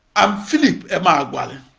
i'm philip emeagwali.